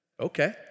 okay